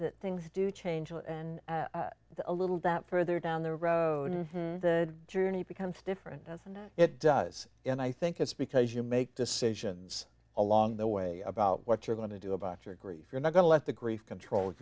that things do change and a little that further down the road the journey becomes different does and it does and i think it's because you make decisions along the way about what you're going to do about your grief you're not going to let the grief control